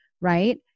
right